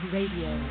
Radio